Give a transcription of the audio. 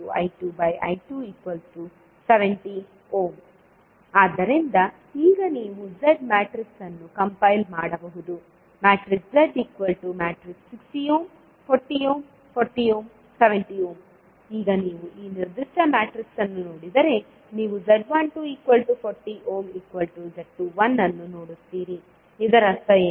z22V2I23040I2I270 ಆದ್ದರಿಂದ ಈಗ ನೀವು Z ಮ್ಯಾಟ್ರಿಕ್ಸ್ ಅನ್ನು ಕಂಪೈಲ್ ಮಾಡಬಹುದು Z60 40 40 70 ಈಗ ನೀವು ಈ ನಿರ್ದಿಷ್ಟ ಮ್ಯಾಟ್ರಿಕ್ಸ್ ಅನ್ನು ನೋಡಿದರೆ ನೀವು z1240z21 ಅನ್ನು ನೋಡುತ್ತೀರಿ ಇದರ ಅರ್ಥವೇನು